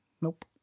nope